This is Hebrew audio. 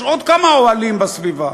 יש עוד כמה אוהלים בסביבה.